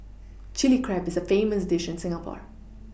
Chilli Crab is a famous dish in Singapore